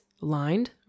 lined